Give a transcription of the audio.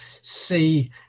see